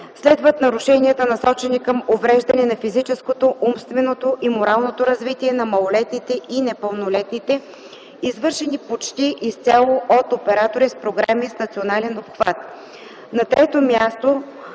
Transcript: следват нарушенията, насочени към увреждане на физическото, умственото и моралното развитие на малолетните и непълнолетните, извършени почти изцяло от оператори с програми с национален обхват.